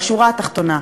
לשורה התחתונה.